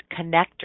connector